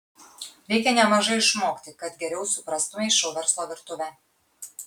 reikia nemažai išmokti kad geriau suprastumei šou verslo virtuvę